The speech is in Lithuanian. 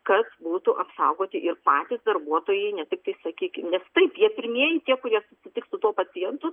kad būtų apsaugoti ir patys darbuotojai ne tiktai sakykim nes taip jie pirmieji tie kurie susitiks su tuo pacientu